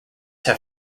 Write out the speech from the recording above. have